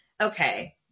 Okay